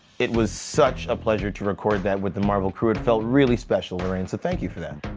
it was such a pleasure to record that with the marvel crew. it felt really special, lorraine, so thank you for that.